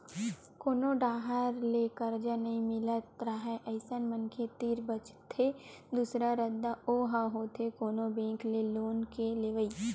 कोनो डाहर ले करजा नइ मिलत राहय अइसन मनखे तीर बचथे दूसरा रद्दा ओहा होथे कोनो बेंक ले लोन के लेवई